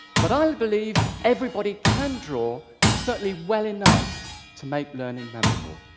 but i believe everybody can draw certainly well enough to make learning memorable.